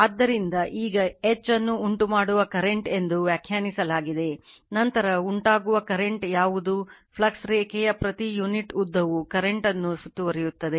ಆದ್ದರಿಂದ ಈಗ H ಅನ್ನು ಉಂಟುಮಾಡುವ ಕರೆಂಟ್ ಎಂದು ವ್ಯಾಖ್ಯಾನಿಸಲಾಗಿದೆ ನಂತರ ಉಂಟಾಗುವ ಕರೆಂಟ್ ಯಾವುದು ಫ್ಲಕ್ಸ್ ರೇಖೆಯ ಪ್ರತಿ ಯುನಿಟ್ ಉದ್ದವು ಕರೆಂಟ್ ಅನ್ನು ಸುತ್ತುವರಿಯುತ್ತದೆ